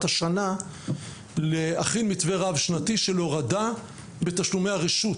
השנה להכין מתווה רב שנתי להורדה בתשלומי הרשות,